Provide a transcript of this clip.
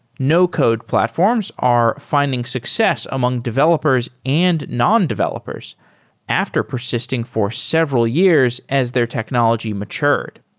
no code platforms are finding success among developers and non-developers after persisting for several years as their technology matured.